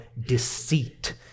deceit